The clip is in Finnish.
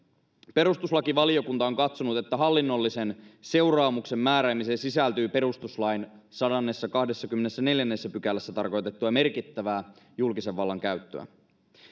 perustuslakivaliokunta on katsonut että hallinnollisen seuraamuksen määräämiseen sisältyy perustuslain sadannessakahdennessakymmenennessäneljännessä pykälässä tarkoitettua merkittävää julkisen vallan käyttöä